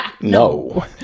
No